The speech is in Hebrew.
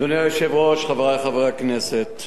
אדוני היושב-ראש, חברי חברי הכנסת,